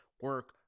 Work